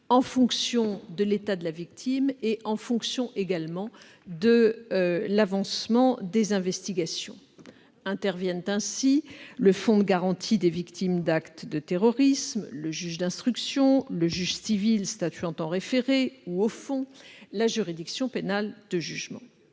en fonction de l'état de la victime et également de l'avancement des investigations. Interviennent ainsi le fonds de garantie des victimes d'actes de terrorisme, le juge d'instruction, le juge civil statuant en référé ou au fond, la juridiction pénale de jugement.